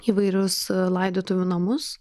įvairius laidotuvių namus